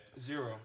Zero